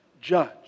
judge